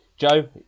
Joe